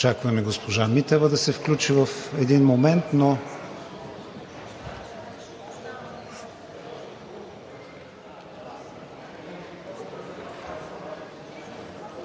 Очакваме госпожа Митева да се включи в един момент, но…